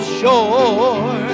shore